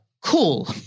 cool